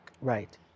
Right